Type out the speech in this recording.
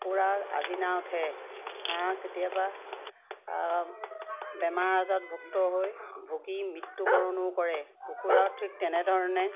কুকুৰাৰ আজিনা উঠে হাঁহ কেতিয়াবা বেমাৰ আজাৰত ভুক্ত হৈ ভোগী মৃত্যুবৰণো কৰে কুকুৰা ঠিক তেনেধৰণে